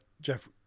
Jeff